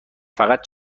فقط